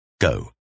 Go